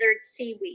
seaweed